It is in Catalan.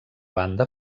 banda